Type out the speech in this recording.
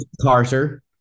Carter